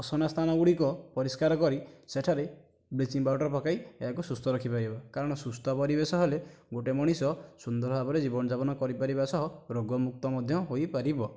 ଅସନା ସ୍ଥାନ ଗୁଡ଼ିକ ପରିଷ୍କାର କରି ସେଠାରେ ବ୍ଲିଚିଙ୍ଗ ପାଉଡ଼ର ପକାଇ ଏହାକୁ ସୁସ୍ଥ ରଖିପାରିବା କାରଣ ସୁସ୍ଥ ପରିବେଶ ହେଲେ ଗୋଟିଏ ମଣିଷ ସୁନ୍ଦର ଜୀବନଯାପନ କରିପାରିବା ସହ ରୋଗ ମୁକ୍ତ ମଧ୍ୟ ହୋଇପାରିବ